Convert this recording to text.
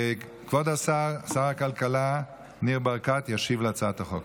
כבוד שר הכלכלה ניר ברקת ישיב על הצעת החוק.